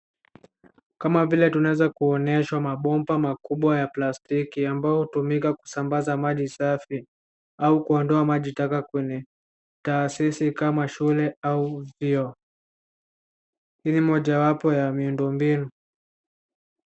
Kama vile tunaweza kuonyeshwa mabomba makubwa ya plastiki ambao hutumika kusambaza maji safi au kuondoa maji taka kwenye taasisi kama shule au vyuo hii ni moja wapo ya miundo mbinu.